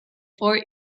four